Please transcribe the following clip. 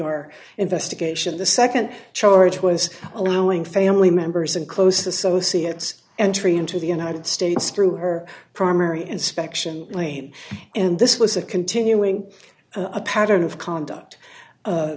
our investigation of the nd charge was allowing family members and close associates entry into the united states through her primary inspection lane and this was a continuing a pattern of conduct